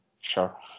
Sure